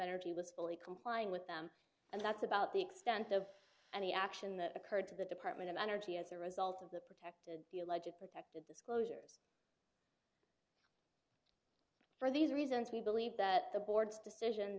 energy was fully complying with them and that's about the extent of any action that occurred to the department of energy as a result of the protected be a legit protective disclosures for these reasons we believe that the board's decision